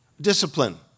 discipline